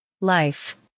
Life